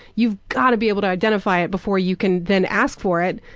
you've gotta be able to identify it before you can then ask for it,